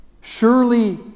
Surely